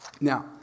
Now